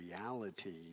reality